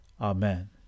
Amen